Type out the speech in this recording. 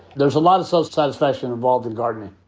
there's a lot of self-satisfaction involved in gardening.